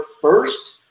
first